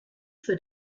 für